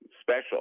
special